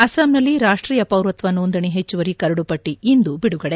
ಅಸ್ಸಾಂನಲ್ಲಿ ರಾಷ್ಟೀಯ ಪೌರತ್ವ ನೋಂದಣಿ ಹೆಚ್ಚುವರಿ ಕರಡು ಪಟ್ಲಿ ಇಂದು ಬಿಡುಗಡೆ